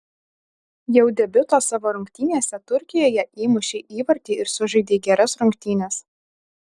jau debiuto savo rungtynėse turkijoje įmušei įvartį ir sužaidei geras rungtynes